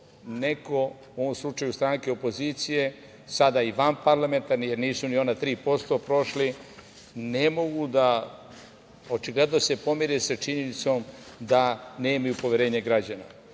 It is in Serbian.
neko, u ovom slučaju stranke opozicije, sada i vanparlamentarne jer nisu ni 3% prošli, ne mogu, očigledno da se pomire sa činjenicom da nemaju poverenje građana. Ja